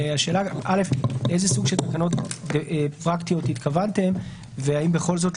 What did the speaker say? השאלה לאיזה סוג של תקנות פרקטיות התכוונתם והאם בכל זאת,